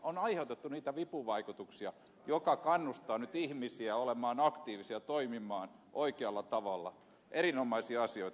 on aiheutettu niitä vipuvaikutuksia jotka kannustavat nyt ihmisiä olemaan aktiivisia toimimaan oikealla tavalla erinomaisia asioita